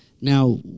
Now